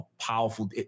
powerful